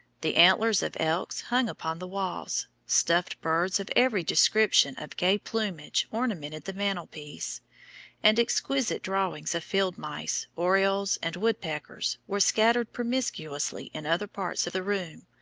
the antlers of elks hung upon the walls stuffed birds of every description of gay plumage ornamented the mantel-piece and exquisite drawings of field mice, orioles, and woodpeckers, were scattered promiscuously in other parts of the room,